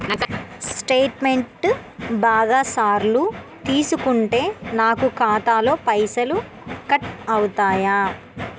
Statement బాగా సార్లు తీసుకుంటే నాకు ఖాతాలో పైసలు కట్ అవుతయా?